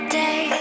day